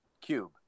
cube